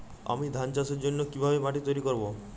আমি ধান চাষের জন্য কি ভাবে মাটি তৈরী করব?